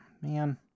Man